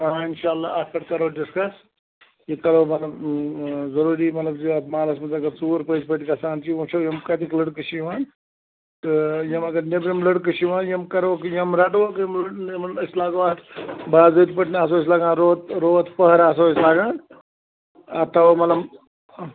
آ اِنشااللہ اَتھ پٮ۪ٹھ کَرو ڈِسکَس یہِ کَرو مطلب ضروٗری مطلب زِ اَتھ محلس منٛز اگر ژوٗر پٔزۍ پٲٹھی گَژھان چھِ ؤچھو یِم کَتِکۍ لڑکہٕ چھِ یِوان تہٕ یِم اگر نیٚبرِم لڑکہٕ چھِ یِوان یِم کَرہوکھ یِم رَٹہٕ ہوکھ یِم یِمن أسۍ لاگو اَتھ باضٲبطہٕ پٲٹھۍ آسو أسۍ لاگان روت روت پٔہرا أسۍ لاگان اَتھ تھاوَو مطلب